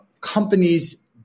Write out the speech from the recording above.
companies